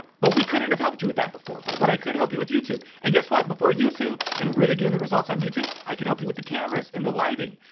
but we couldn't have helped you with that before. but and i could help you with youtube and guess what? before youtube and really getting the results on youtube, i could help you with the cameras and the lighting.